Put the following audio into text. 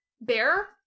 Bear